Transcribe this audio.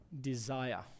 desire